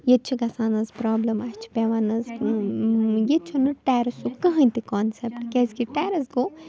ییٚتہِ چھِ گژھان حظ پرٛابلِم اَسہِ چھِ پٮ۪وان حظ ییٚتہِ چھُنہٕ ٹیرٮ۪سُک کٕہٕنۍ تہِ کانٛسٮ۪پٹہٕ کیٛازِ کہ ٹیرٮ۪س گوٚو